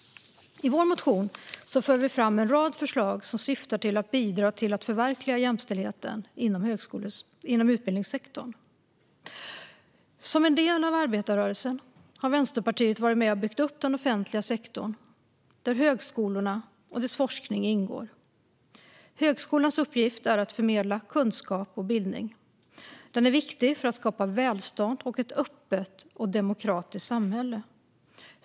I Vänsterpartiets motion för vi fram en rad förslag som syftar till att bidra till att förverkliga jämställdhet inom utbildningssektorn. Som en del av arbetarrörelsen har Vänsterpartiet varit med och byggt upp den offentliga sektorn, där högskolorna och deras forskning ingår. Högskolans uppgift är att förmedla kunskap och bildning. Den är viktig för att skapa välstånd och ett öppet och demokratiskt samhälle.